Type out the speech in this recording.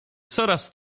coraz